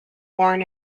born